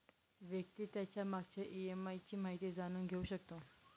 व्यक्ती त्याच्या मागच्या ई.एम.आय ची माहिती जाणून घेऊ शकतो